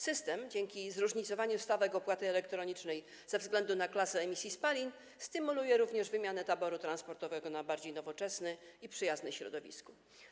System, dzięki zróżnicowaniu stawek opłaty elektronicznej ze względu na klasę emisji spalin, stymuluje również wymianę taboru transportowego na bardziej nowoczesny i przyjazny środowisku.